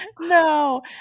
No